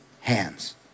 hands